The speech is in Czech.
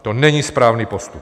To není správný postup.